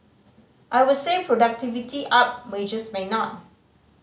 I would say productivity up wages may not